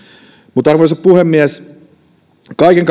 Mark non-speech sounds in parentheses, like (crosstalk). mutta arvoisa puhemies kaiken (unintelligible)